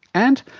and,